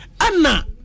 Anna